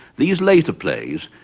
these later plays,